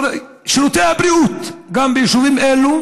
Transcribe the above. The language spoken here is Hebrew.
גם שירותי הבריאות ביישובים אלו,